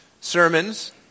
sermons